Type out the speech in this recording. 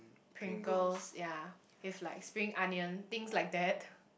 Pringles ya with like spring onions things like that